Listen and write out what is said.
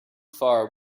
far